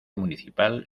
municipal